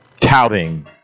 touting